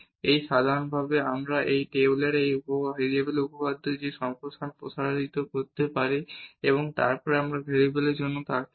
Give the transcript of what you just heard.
এবং সাধারণভাবে আমরা এই টেইলরের একটি ভেরিয়েবলের উপপাদ্যে সেই সম্প্রসারণ প্রসারিত করতে পারি এবং তারপর আমরা দুটি ভেরিয়েবলের জন্যও থাকতে পারি